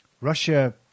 Russia